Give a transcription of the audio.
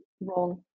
wrong